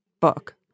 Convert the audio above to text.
book